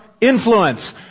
influence